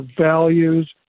values